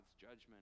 judgment